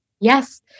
yes